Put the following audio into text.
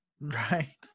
right